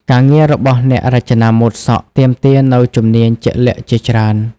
ការងាររបស់អ្នករចនាម៉ូដសក់ទាមទារនូវជំនាញជាក់លាក់ជាច្រើន។